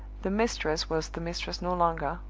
the mistress was the mistress no longer,